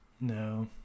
No